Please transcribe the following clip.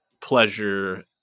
pleasure